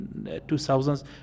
2000s